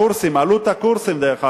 הקורסים, עלות הקורסים, דרך אגב,